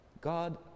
god